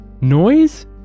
Noise